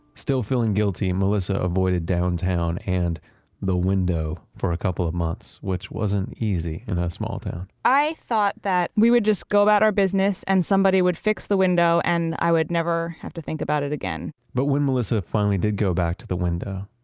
still feeling guilty melissa avoided downtown and the window for a couple of months. which wasn't easy in a small town. i thought that we would just go back our business and somebody would fix the window. and i would never have to think about it again but when melissa finally did go back to the window,